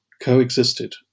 coexisted